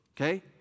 okay